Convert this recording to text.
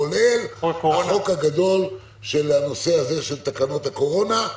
כולל החוק הגדול של תקנות הקורונה,